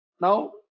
Now